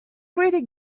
pretty